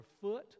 foot